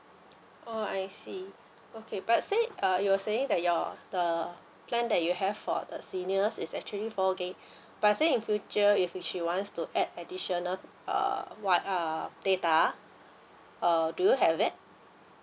oh I see okay but let's say uh you were saying that your the plan that you have for the seniors is actually four gig but say in future if she wants to add additional uh what err data err do you have it